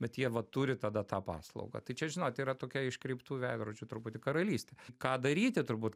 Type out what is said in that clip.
bet jie vat turi tada tą paslaugą tai čia žinot yra tokia iškreiptų veidrodžių truputį karalystė ką daryti turbūt